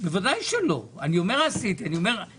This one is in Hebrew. או שאנחנו לא נמצאים במקום אחר?